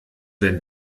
wenn